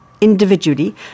individually